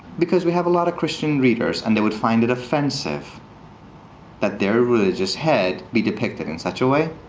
because we have a lot of christian readers. and they would find it offensive that their religious head be depicted in such a way.